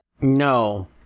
No